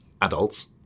adults